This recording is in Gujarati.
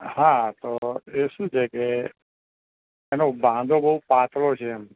હા તો એ શું છે કે એનો બાંધો બહુ પાતળો છે એમ